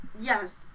Yes